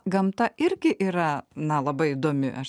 gamta irgi yra na labai įdomi aš